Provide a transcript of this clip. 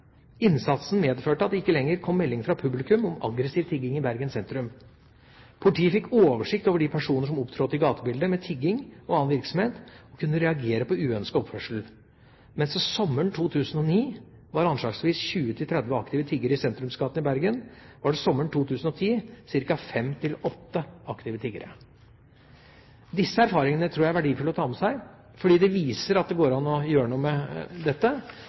Innsatsen medførte at det ikke lenger kom melding fra publikum om aggressiv tigging i Bergen sentrum. Politiet fikk oversikt over de personene som opptrådte i gatebildet med tigging og annen virksomhet, og kunne reagere på uønsket oppførsel. Mens det sommeren 2009 var anslagsvis 20–30 aktive tiggere i sentrumsgatene i Bergen, var det sommeren 2010 ca. fem–åtte aktive tiggere. Disse erfaringene tror jeg er verdifulle å ta med seg, fordi det viser at det går an å gjøre noe med dette.